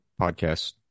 podcast